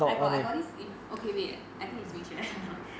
I got I got this in okay wait I think it's ming xue